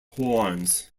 horns